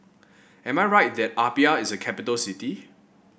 am I right that Apia is a capital city